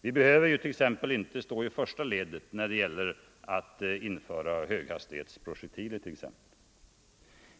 Vi behöver t.ex. inte stå i första ledet när det gäller att införa höghastighetsprojektiler.